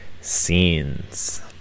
scenes